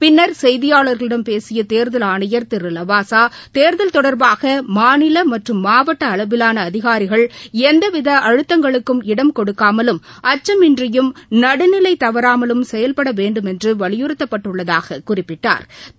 பின்னர் செய்தியாளர்களிடம் பேசியதேர்தல் ஆணையர் திருலவாசா தேர்தல் தொடர்பாகமாநிலமற்றும் மாவட்ட அளவிலான அதிகாரிகள் எந்தவித அழுத்தங்களுக்கும் இடம் கொடுக்காமலும் அச்சமின்றியும் நடுநிலைதவறாமலும் செயல்படவேண்டுமென்றுவலியுறுத்தப்பட்டுள்ளதாகக் குறிப்பிட்டாா்